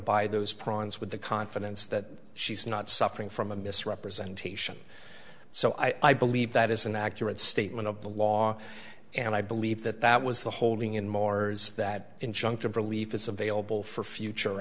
buy those problems with the confidence that she's not suffering from a misrepresentation so i believe that is an accurate statement of the law and i believe that that was the holding in moore's that injunctive relief is available for future